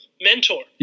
mentor